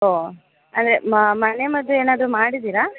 ಓಹ್ ಅದೇ ಮನೆಮದ್ದು ಏನಾದರೂ ಮಾಡಿದ್ದೀರಾ